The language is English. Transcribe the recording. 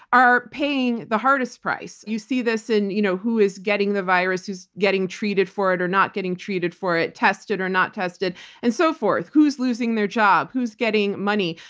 are paying the hardest price. you see this in you know who is getting the virus, who's getting treated for it or not getting treated for it, tested or not tested and so forth, who's losing their job, who's getting money.